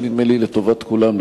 ונדמה לי שהיא לטובת כולם,